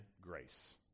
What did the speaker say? grace